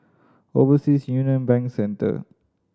Overseas Union Bank Centre